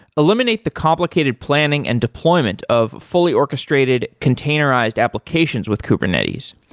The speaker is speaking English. eliminate the complicated planning and deployment of fully orchestrated containerized applications with kubernetes.